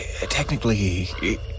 technically